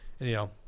anyhow